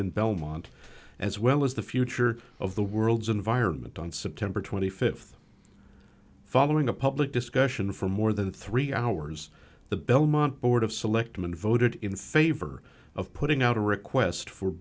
in belmont as well as the future of the world's environment on september twenty fifth following a public discussion for more than three hours the belmont board of selectmen voted in favor of putting out a request for